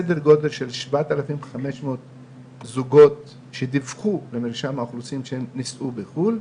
יש סדר גודל של 7,500 זוגות שדיווחו למרשם האוכלוסין שהם נישאו בחו"ל.